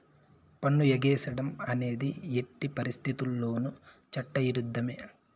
పన్ను ఎగేసేడం అనేది ఎట్టి పరిత్తితుల్లోనూ చట్ట ఇరుద్ధమే